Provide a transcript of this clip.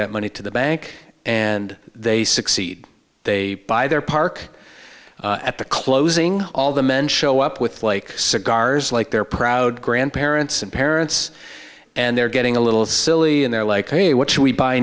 that money to the bank and they succeed they buy their park at the closing all the men show up with like cigars like they're proud grandparents and parents and they're getting a little silly and they're like hey what should we buy